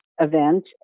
event